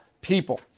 people